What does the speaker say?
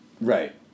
right